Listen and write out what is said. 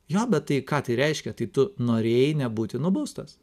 jo bet tai ką tai reiškia tai tu norėjai nebūti nubaustas